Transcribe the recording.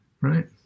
right